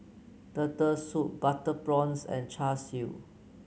Turtle Soup Butter Prawns and Char Siu